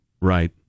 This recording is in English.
Right